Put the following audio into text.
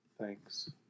Thanks